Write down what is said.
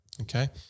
Okay